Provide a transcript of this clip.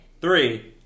Three